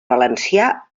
valencià